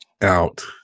out